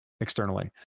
externally